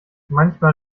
manchmal